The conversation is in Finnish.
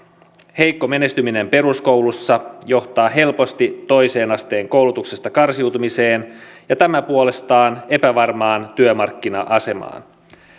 heikko menestyminen peruskoulussa johtaa helposti toisen asteen koulutuksesta karsiutumiseen ja tämä puolestaan epävarmaan työmarkkina asemaan